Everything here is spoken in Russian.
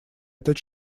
этот